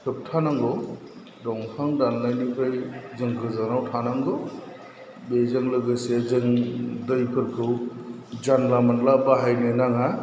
होबथानांगौ दंफां दाननायनिफ्राय जों गोजानाव थानांगौ बेजों लोगोसे जों दैफोरखौ जानला मोनला बाहायनो नाङा